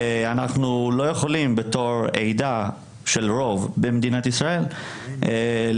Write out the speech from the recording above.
ואנחנו לא יכולים כעדה של רוב במדינת ישראל לקיים